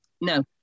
no